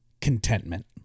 contentment